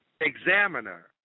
Examiner